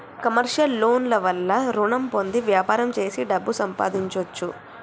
commercial loan ల వల్ల రుణం పొంది వ్యాపారం చేసి డబ్బు సంపాదించొచ్చు